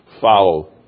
follow